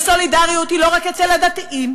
וסולידריות היא לא רק אצל הדתיים,